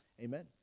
Amen